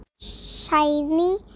shiny